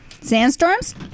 Sandstorms